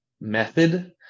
method